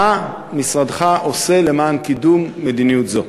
מה עושה משרדך למען קידום מדיניות זו?